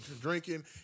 drinking